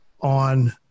on